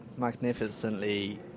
magnificently